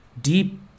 deep